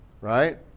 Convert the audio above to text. right